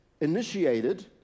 initiated